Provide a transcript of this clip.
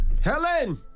Helen